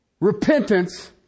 repentance